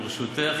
ברשותך,